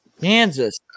Kansas